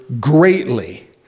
greatly